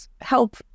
help